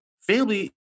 Family